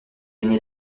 gagner